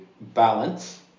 balance